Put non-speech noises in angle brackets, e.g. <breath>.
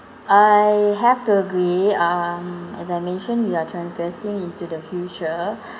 I have to agree um as I mentioned we are transgressing into the future <breath>